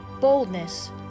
boldness